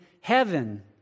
heaven